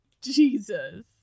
Jesus